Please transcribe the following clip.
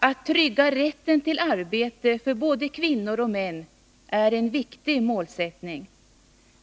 ——- Att trygga rätten till arbete för både kvinnor och män är en viktig målsättning.